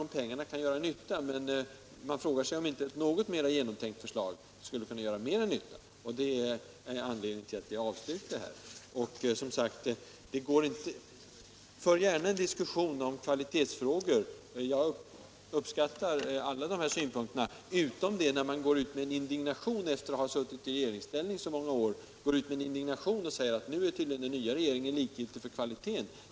Självfallet kan pengarna göra nytta, men man frågar sig om inte ett mer genomtänkt förslag skulle kunna göra större nytta. Detta är anledningen till att vi har avstyrkt förslaget. Fortsätt gärna med diskussionen om kvalitetsfrågorna. Jag uppskattar alla de framförda synpunkterna —- utom när man efter att ha suttit i regeringsställning så många år går ut med indignation och säger att nu är tydligen den nya regeringen likgiltig för kvaliteten.